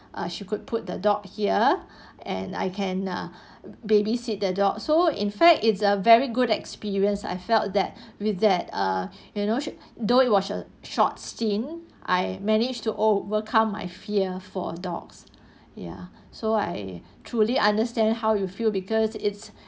ah she could put the dog here and I can uh babysit the dog so in fact it's a very good experience I felt that with that err you know should though it was a short scene I managed to overcome my fear for dogs ya so I truly understand how you feel because it's